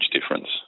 difference